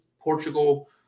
Portugal